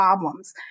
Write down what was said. problems